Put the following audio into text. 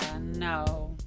no